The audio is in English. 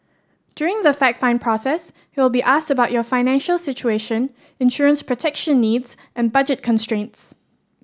during the fact find process you will be asked about your financial situation insurance protection needs and budget constraints